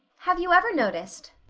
have you ever noticed,